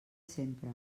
sempre